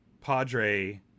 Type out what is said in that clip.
Padre